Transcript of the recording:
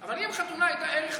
אבל אם חתונה הייתה ערך חשוב,